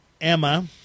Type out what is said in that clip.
Emma